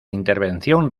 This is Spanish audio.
intervención